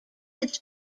its